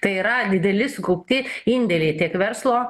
tai yra dideli sukaupti indėliai tiek verslo